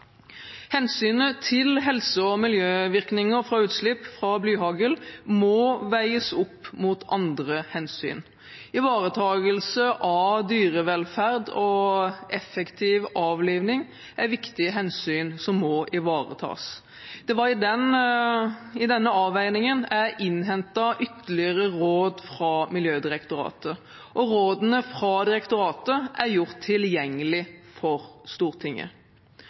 Hensynet til helse- og miljøvirkninger av utslipp fra blyhagl må veies opp mot andre hensyn. Ivaretakelse av dyrevelferd og effektiv avlivning er viktige hensyn som må ivaretas. Det var i denne avveiningen jeg innhentet ytterligere råd fra Miljødirektoratet. Rådene fra direktoratet er gjort tilgjengelige for Stortinget.